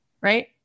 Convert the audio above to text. right